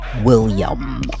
William